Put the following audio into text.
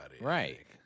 Right